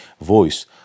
voice